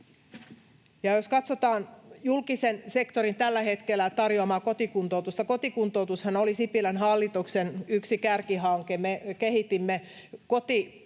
Jos katsotaan julkisen sektorin tällä hetkellä tarjoamaa kotikuntoutusta — kotikuntoutushan oli Sipilän hallituksen yksi kärkihanke, me kehitimme kotihoitoa,